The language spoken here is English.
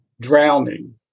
drowning